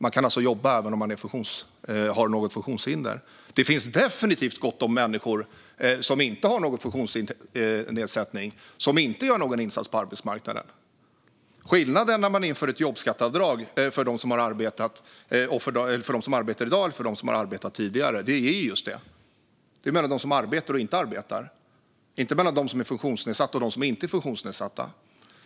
Man kan alltså jobba även om man har något funktionshinder. Det finns definitivt gott om människor som inte har någon funktionsnedsättning och som inte gör någon insats på arbetsmarknaden. När man inför ett jobbskatteavdrag för dem som arbetar i dag och för dem som har arbetat tidigare är det en skillnad mellan dem som arbetar och dem som inte arbetar. Det är inte en skillnad mellan dem som är funktionsnedsatta och dem som inte är funktionsnedsatta.